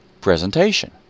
presentation